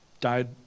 died